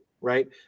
right